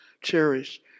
cherish